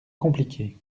compliqué